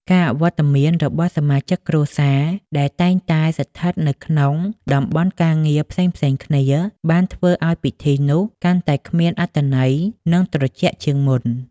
ការអវត្ដមានរបស់សមាជិកគ្រួសារ ដែលតែងតែស្ថិតនៅក្នុងតំបន់ការងារផ្សេងៗគ្នា បានធ្វើឱ្យពិធីនោះកាន់តែគ្មានអត្ថន័យនិងត្រជាក់ជាងមុន។